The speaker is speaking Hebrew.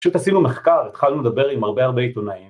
פשוט עשינו מחקר התחלנו לדבר עם הרבה הרבה עיתונאים